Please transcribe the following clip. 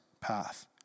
path